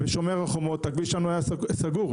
בשומר חומות הכביש שלנו היה סגור,